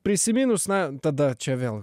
prisiminus na tada čia vėl